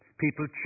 People